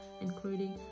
including